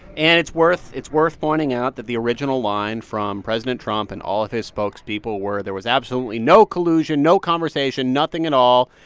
and it's worth it's worth pointing out that the original line from president trump and all of his spokespeople were there was absolutely no collusion, no conversation, nothing at all.